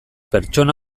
pertsona